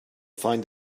find